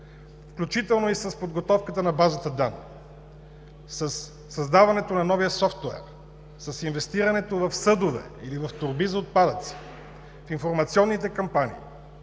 включително с подготовката на базата данни, със създаването на новия софтуер, с инвестирането в съдове или в торби за отпадъци, в информационните кампании,